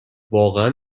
واقعا